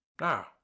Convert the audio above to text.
now